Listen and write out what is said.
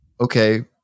okay